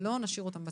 ולא נשאיר אותם בצד.